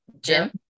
Jim